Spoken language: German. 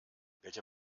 welcher